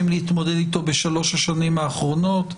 להתמודד איתו בשלוש השנים האחרונות,